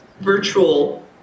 virtual